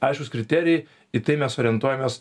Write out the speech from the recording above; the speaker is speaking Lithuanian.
aiškūs kriterijai į tai mes orientuojamės